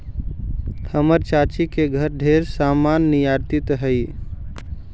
हमर चाची के घरे ढेर समान निर्यातित हई